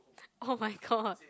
[oh]-my-god